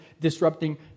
disrupting